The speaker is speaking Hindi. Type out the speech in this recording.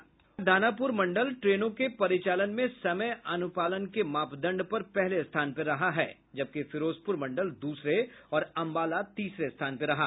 पूर्व मध्य रेलवे का दानापुर मंडल ट्रेनों के परिचालन में समय अनुपालन के मापदंड पर पहले स्थान पर रहा है जबकि फिरोजपुर मंडल दूसरे और अंबाला तीसरे स्थान पर रहा